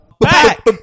Back